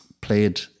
played